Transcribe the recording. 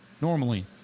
normally